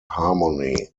harmony